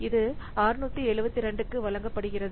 இது 672 க்கு வழங்கப்படுகிறது